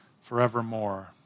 forevermore